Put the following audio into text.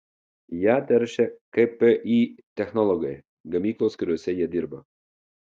ją teršia kpi technologai gamyklos kuriose jie dirba